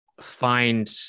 find